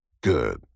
Good